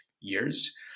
years